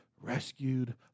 rescued